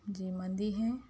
جی مندی ہے